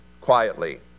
quietly